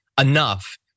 enough